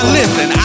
listen